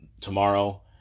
tomorrow